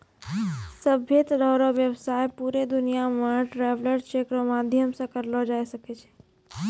सभ्भे तरह रो व्यवसाय पूरे दुनियां मे ट्रैवलर चेक रो माध्यम से करलो जाय छै